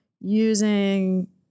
using